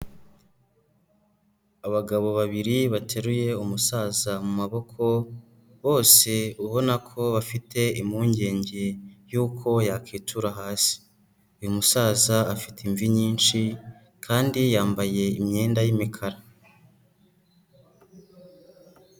Abagabo babiri bateruye umusaza mu maboko, bose ubona ko bafite impungenge y'uko yakwitura hasi, uyu musaza afite imvi nyinshi kandi yambaye imyenda y'imikara.